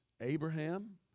Abraham